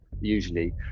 usually